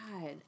God